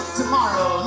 tomorrow